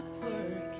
working